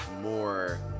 more